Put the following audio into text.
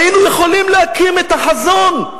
היינו יכולים להקים את החזון.